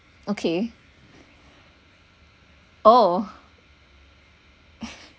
okay oh